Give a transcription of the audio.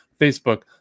Facebook